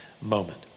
moment